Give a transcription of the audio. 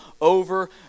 over